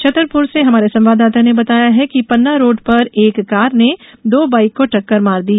छतरपुर से हमारे संवाददाता ने बताया है कि पन्ना रोड पर एक कार ने दो बाइक को टक्कर मार दी